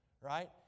right